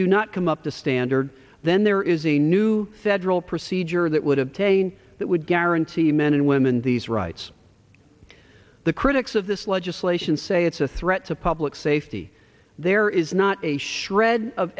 do not come up to standard then there is a new federal procedure that would have taken that would guarantee men and women these rights the critics of this legislation say it's a threat to public safety there is not a shred of